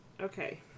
Okay